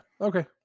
Okay